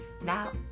Now